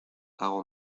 hago